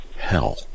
hell